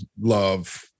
love